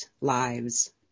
lives